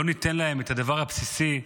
לא ניתן להם את הדבר הבסיסי?